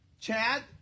Chad